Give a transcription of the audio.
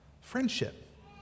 Friendship